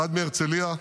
אחד מהרצליה,